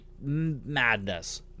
madness